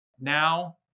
now